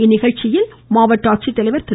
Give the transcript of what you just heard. இந்நிகழ்ச்சிகளில் மாவட்ட ஆட்சித்தலைவர் திரு